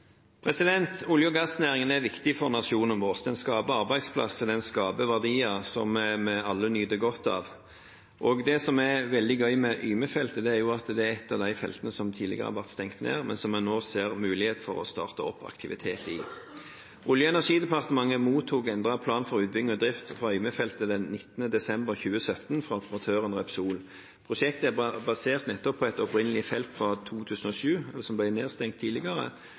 Olje- og gassnæringen er viktig for nasjonen vår. Den skaper arbeidsplasser, den skaper verdier som vi alle nyter godt av. Det som er veldig gøy med Yme-feltet, er at det er et av de feltene som tidligere ble stengt ned, men som en nå ser mulighet for å starte opp aktivitet i. Olje- og energidepartementet mottok endret plan for utbygging og drift for Yme-feltet den 19. desember 2017 fra operatøren Repsol. Prosjektet er basert nettopp på et opprinnelig felt fra 2007, som ble nedstengt,